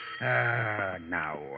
now